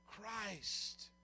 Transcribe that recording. Christ